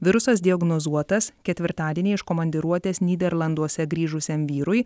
virusas diagnozuotas ketvirtadienį iš komandiruotės nyderlanduose grįžusiam vyrui